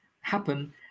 happen